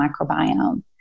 microbiome